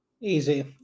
Easy